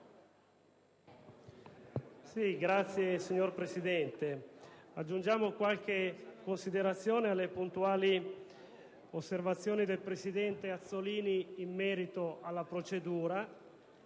*(LNP)*. Signor Presidente, aggiungiamo qualche considerazione alle puntuali osservazioni del presidente Azzollini in merito alla procedura,